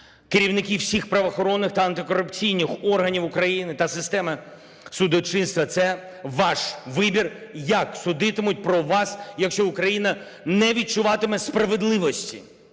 керівники всіх правоохоронних та антикорупційних органів України та системи судочинства. Це ваш вибір, як судитимуть про вас, якщо Україна не відчуватиме справедливості.